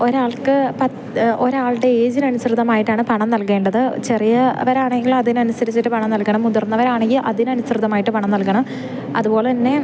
ഒരാൾക്ക് ഒരാളുടെ ഏജിന് അനുസൃതമായിട്ടാണ് പണം നൽകേണ്ടത് ചെറിയവരാണെങ്കിൽ അതിനനുസരിച്ചിട്ട് പണം നൽകണം മുതിർന്നവരാണെങ്കിൽ അതിനനുസൃതമായിട്ട് പണം നൽകണം അതുപോലെതന്നെ